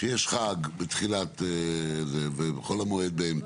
שיש חג בתחילה וחול המועד באמצע.